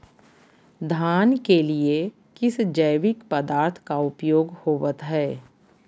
धान के लिए किस जैविक पदार्थ का उपयोग होवत है?